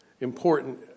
important